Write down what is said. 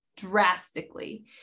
drastically